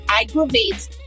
aggravates